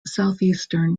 southeastern